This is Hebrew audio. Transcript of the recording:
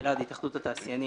אני